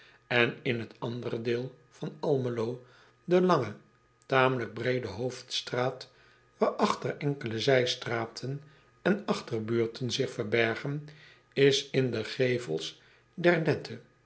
n in het andere deel van lmelo de lange tamelijk breede hoofdstraat waarachter enkele zijstraten en achterbuurten zich verbergen is in de gevels der